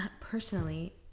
personally